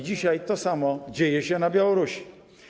Dzisiaj to samo dzieje się na Białorusi.